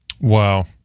Wow